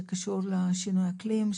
שקשור לשינויי האקלים,